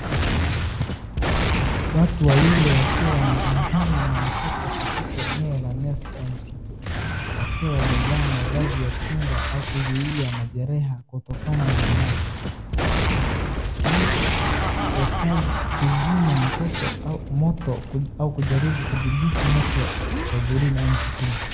Watu wawili wakiwa wanapambana na moto katika eneo la nyasi au msitu, wakiwa wamvaa mavazi ya kinga au kuzuia majeraha kutokana na moto. Hii ya kazi kuzima mtoto au moto au kujaribu kudhibiti moto wa porini au msituni.